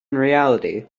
reality